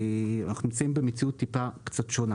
אנחנו נמצאים במציאות קצת שונה,